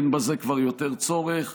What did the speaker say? אין בזה כבר יותר צורך.